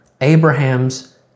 Abraham's